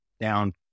down